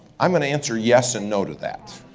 i'm gonna answer yes and no to that.